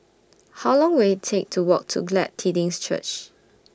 How Long Will IT Take to Walk to Glad Tidings Church